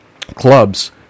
clubs